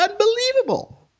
unbelievable